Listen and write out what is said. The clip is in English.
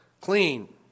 clean